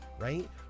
right